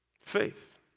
Faith